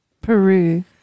Peru